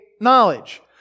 knowledge